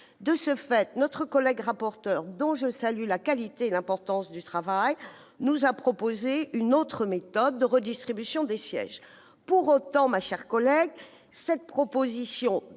De ce fait, notre collègue rapporteur, dont je salue la qualité et l'importance du travail, a préféré proposer une autre méthode de redistribution des sièges. Pour autant, ma chère collègue, cette proposition